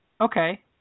Okay